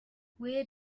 where